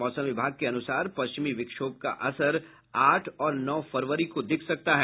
मौसम विभाग के अनुसार पश्चिमी विक्षोभ का असर आठ और नौ फरवरी को दिख सकता है